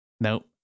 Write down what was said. Nope